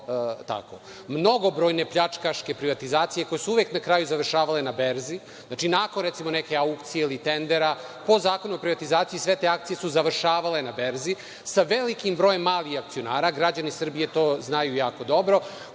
Mnogobrojne pljačkaške privatizacije koje su uvek na kraju završavale na berzi, znači nakon neke aukcije ili tendera, po Zakonu o privatizaciji, sve te akcije su završavale na berzi sa velikim brojem malih akcionara. Građani Srbije znaju to jako dobro,